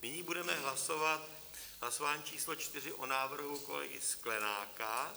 Nyní budeme hlasovat v hlasování číslo 4 o návrhu kolegy Sklenáka.